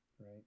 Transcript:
Right